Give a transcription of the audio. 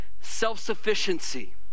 Self-sufficiency